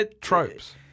tropes